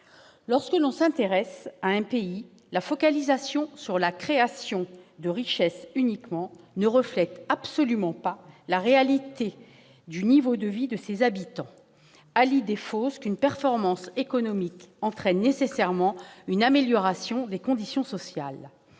Lorsque l'on s'intéresse à un pays, la focalisation sur la seule création de richesses ne reflète absolument pas la réalité du niveau de vie de ses habitants. À l'idée fausse qu'une performance économique entraîne nécessairement une amélioration des conditions sociales,